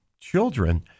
children